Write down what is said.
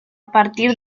partir